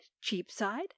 cheapside